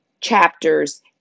chapters